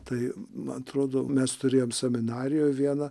tai man atrodo mes turėjom seminarijoj vieną